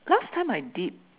last time I did